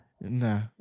Nah